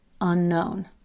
unknown